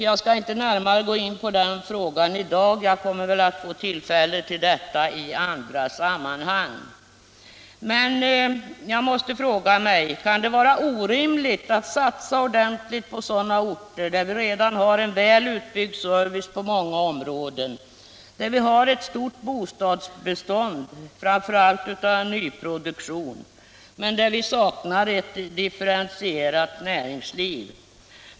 Jag skall inte gå närmare in på den frågan i dag — jag får väl tillfälle till det i andra sammanhang —- men jag måste ändå fråga: Kan det betraktas som orimligt att satsa ordentligt på sådana orter som redan har en väl utbyggd service på många områden och som har ett stort bostadsbestånd, framför allt av nyproduktion, men där det saknas ett differentierat näringsliv?